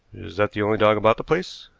is that the only dog about the place?